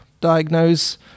diagnose